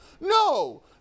no